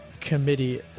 committee